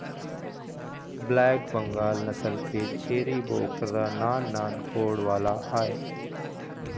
black Bengal नसल के छेरी बोकरा नान नान गोड़ वाला आय